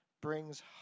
brings